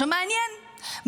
מעניין,